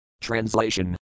Translation